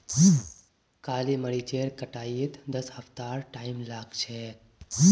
काली मरीचेर कटाईत दस हफ्तार टाइम लाग छेक